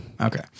Okay